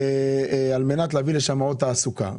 על מנת להביא לשם עוד תעסוקה.